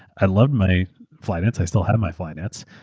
i love my flyknits. i still have my flyknits,